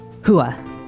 HUA